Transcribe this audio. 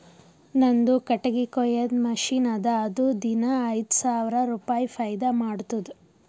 ನಂದು ಕಟ್ಟಗಿ ಕೊಯ್ಯದ್ ಮಷಿನ್ ಅದಾ ಅದು ದಿನಾ ಐಯ್ದ ಸಾವಿರ ರುಪಾಯಿ ಫೈದಾ ಮಾಡ್ತುದ್